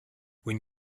when